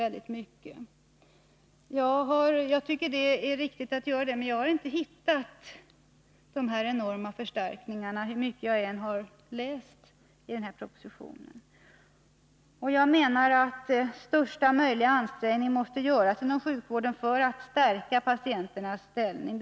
Jag tycker att det är riktigt att göra det, men jag har inte hittat några sådana enorma förstärkningar, hur mycket jag än har läst i propositionen. Jag menar att alla möjliga ansträngningar måste göras inom sjukvården för att stärka patienternas ställning.